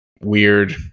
weird